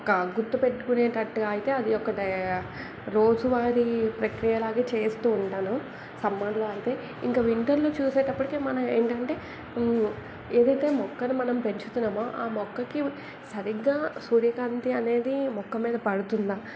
ఒక గుర్తుపెట్టుకునేటట్టుగా అయితే అది ఒక డై రోజువారి ప్రక్రియ లాగా చేస్తూ ఉంటాను సమ్మర్లో అయితే ఇంక వింటర్లో చూసేటప్పటికీ మనం ఏంటంటే ఏదైతే మొక్కని మనం పెంచుతున్నామో ఆ మొక్కకి సరిగ్గా సూర్య కాంతి అనేది మొక్క మీద పడుతుందా